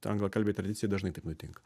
anglakalbėj tradicijoj dažnai taip nutinka